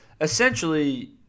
essentially